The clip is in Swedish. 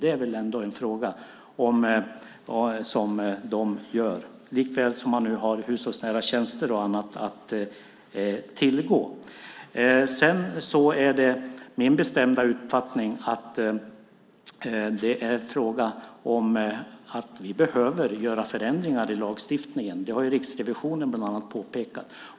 Det är väl ändå ett avvägande som de gör, likaväl som man nu har hushållsnära tjänster och annat att tillgå. Det är min bestämda uppfattning att det är fråga om att vi behöver göra förändringar i lagstiftningen. Det har ju Riksrevisionen bland annat påpekat.